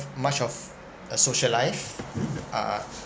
much of a social life uh